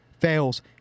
fails